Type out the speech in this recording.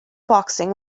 boxing